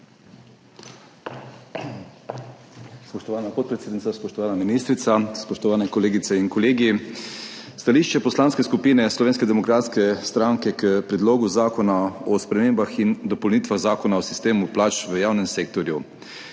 Spoštovana podpredsednica, spoštovana ministrica, spoštovane kolegice in kolegi! Stališče Poslanske skupine Slovenske demokratske stranke k Predlogu zakona o spremembah in dopolnitvah Zakona o sistemu plač v javnem sektorju.